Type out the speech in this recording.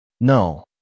No